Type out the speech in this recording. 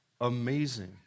amazing